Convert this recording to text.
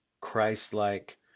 christ-like